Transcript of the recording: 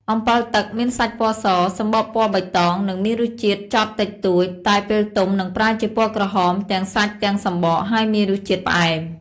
អម្ពិលទឹក មានសាច់ពណ៌ស សម្បកពណ៌បៃតង និងមានរសជាតិចត់តិចតួច តែពេលទុំនឹងប្រែជាពណ៌ក្រហមទាំងសាច់ទាំងសម្បក ហើយមានរសជាតិផ្អែម។